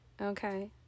Okay